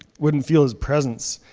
wouldn't feel his presence.